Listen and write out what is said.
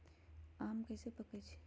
आम कईसे पकईछी?